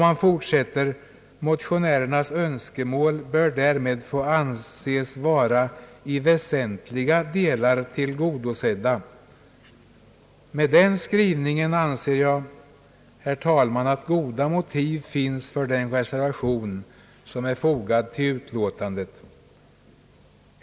Man fortsätter: »Motionärernas önskemål bör därmed få anses vara i väsentliga delar tillgodosedda.» Med denna skrivning anser jag, herr talman, att goda motiv finns för den reservation som är fogad till utlåtandet.